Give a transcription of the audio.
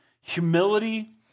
Humility